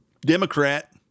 Democrat